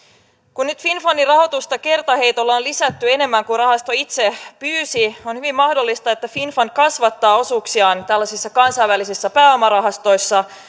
kun nyt finnfundin rahoitusta kertaheitolla on lisätty enemmän kuin rahasto itse pyysi on hyvin mahdollista että finnfund kasvattaa osuuksiaan tällaisissa kansainvälisissä pääomarahastoissa